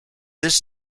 this